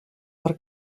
per